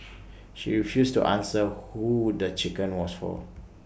she refused to answer who would the chicken was for